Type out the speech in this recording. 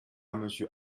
monsieur